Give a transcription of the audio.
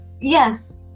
Yes